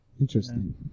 Interesting